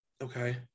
Okay